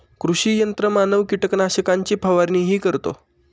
कृषी यंत्रमानव कीटकनाशकांची फवारणीही करतो